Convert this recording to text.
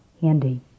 handy